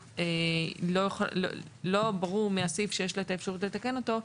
לא ברור מהסעיף שיש לה אפשרות לתקן אותו.